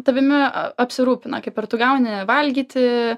tavimi apsirūpina kaip ir tu gauni valgyti